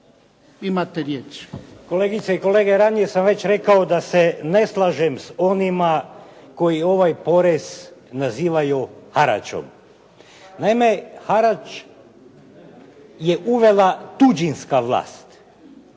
(Nezavisni)** Kolegice i kolege ranije sam već rekao da se ne slažem s onima koji ovaj porez nazivaju haračom. Naime, harač je uvela tuđinska vlast